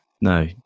No